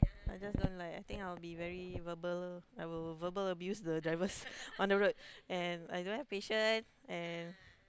I just don't like I think I'll be very verbal I will verbal abuse the drivers on the road and I don't have patience and